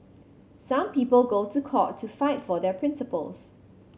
some people go to court to fight for their principles